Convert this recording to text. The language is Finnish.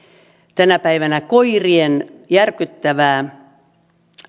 tänä päivänä koirien järkyttävää